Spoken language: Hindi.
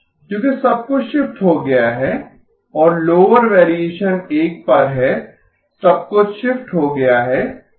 क्योंकि सबकुछ शिफ्ट हो गया है और लोअर वेरिएशन 1 पर है सब कुछ शिफ्ट हो गया है